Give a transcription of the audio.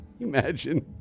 Imagine